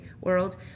world